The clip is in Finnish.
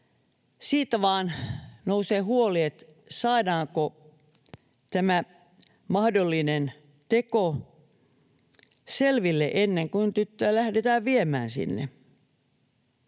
Siitä vain nousee huoli, saadaanko tämä mahdollinen teko selville ennen kuin tyttöä lähdetään viemään sinne.